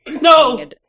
No